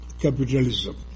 capitalism